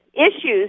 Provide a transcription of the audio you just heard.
issues